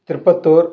Tirupattur